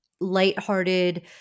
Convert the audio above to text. lighthearted